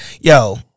Yo